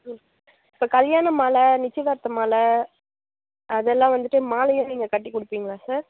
ம் இப்போ கல்யாண மாலை நிச்சயதார்த்த மாலை அதெல்லாம் வந்துட்டு மாலையாக நீங்கள் கட்டி கொடுப்பீங்களா சார்